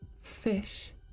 Fish